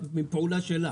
מפעולה שלה?